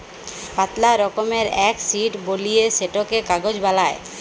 পাতলা রকমের এক শিট বলিয়ে সেটকে কাগজ বালাই